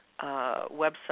website